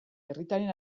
herritarren